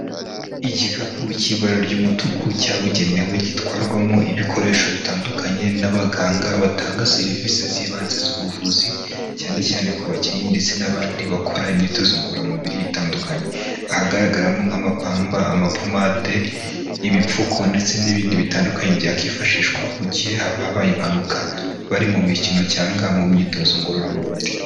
Igikapu cy'ibara ry'umutuku cyabugenewe, gitwarwamo ibikoresho bitandukanye n'abaganga batanga serivisi z'ibanze z'ubuvuzi, cyane cyane ku bakinnyi ndetse n'abandi bakora imyitozo ngororamubiri itandukanye, ahagaragaramo nk'amapamba, amapomade, ibipfuko ndetse n'ibindi bitandukanye byakwifashishwa mu gihe haba habaye impanuka bari mu mikino cyangwa mu myitozo ngororamubiri.